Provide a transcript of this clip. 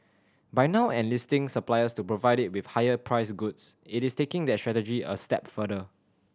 by now enlisting suppliers to provide it with higher priced goods it is taking that strategy a step further